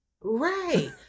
Right